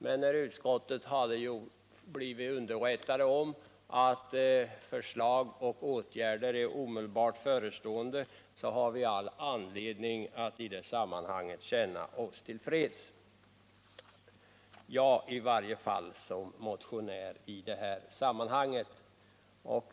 Men när utskottet hade blivit underrättat om att förslag till åtgärder är omedelbart förestående har vi all anledning att känna oss till freds; i varje fall har jag som motionär anledning att göra det.